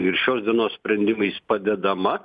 ir šios dienos sprendimais padedama